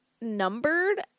numbered